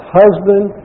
husband